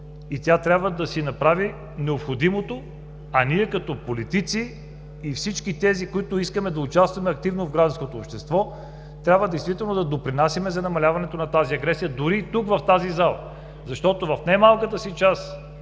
И тя трябва да си направи необходимото, а ние като политици и всички тези, които искаме да участваме активно в гражданското общество, трябва действително да допринасяме за намаляването на тази агресия, дори и тук в тази зала. Защото в немалката си част